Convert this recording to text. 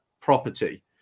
property